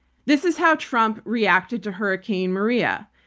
this is how trump reacted to hurricane maria.